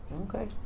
Okay